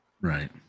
Right